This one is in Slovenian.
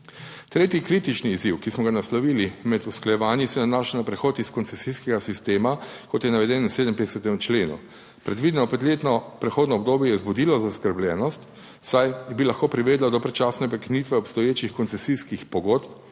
Tretji kritični izziv, ki smo ga naslovili med usklajevanji, se nanaša na prehod iz koncesijskega sistema, kot je navedeno v 57. členu. Predvideno petletno prehodno obdobje je vzbudilo zaskrbljenost, saj bi lahko privedlo do predčasne prekinitve obstoječih koncesijskih pogodb